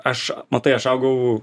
aš matai aš augau